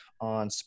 on